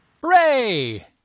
hooray